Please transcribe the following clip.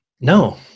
No